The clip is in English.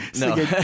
no